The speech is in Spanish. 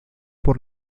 por